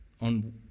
on